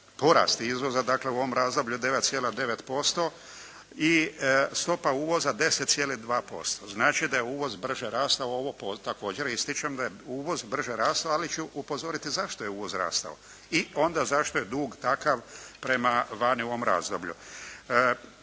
porasti izvoza, dakle u ovom razdoblju 9,9% i stopa uvoza 10,2%. Znači da je uvoz brže rastao, ovo također ističem da je uvoz brže rastao ali ću upozoriti zašto je uvoz rastao i onda zašto je dug takav prema vani u ovom razdoblju.